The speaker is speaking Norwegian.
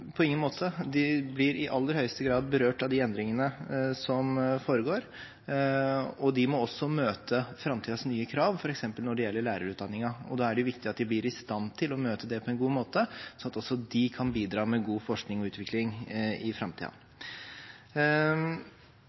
på ingen måte. De blir i aller høyeste grad berørt av de endringene som foregår, og de må også møte framtidens nye krav, f.eks. når det gjelder lærerutdanningen. Og da er det viktig at de blir i stand til å møte det på en god måte, sånn at også de kan bidra med god forskning og utvikling i